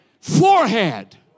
forehead